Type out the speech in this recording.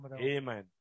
Amen